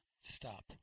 stop